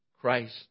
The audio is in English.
Christ